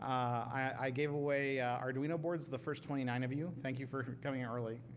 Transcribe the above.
i gave away arduino boards to the first twenty nine of you. thank you for coming early.